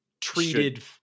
treated